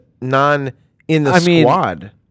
non-in-the-squad